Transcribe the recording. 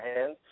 hands